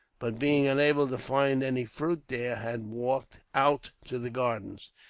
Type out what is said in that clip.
but being unable to find any fruit there, had walked out to the gardens,